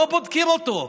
לא בודקים אותו?